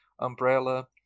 umbrella